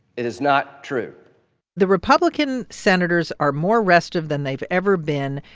it is not true the republican senators are more restive than they've ever been.